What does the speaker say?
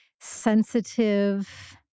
sensitive